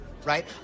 Right